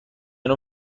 نوع